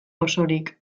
osorik